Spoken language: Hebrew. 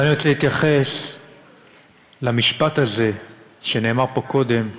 אבל אני רוצה להתייחס למשפט הזה שנאמר פה קודם,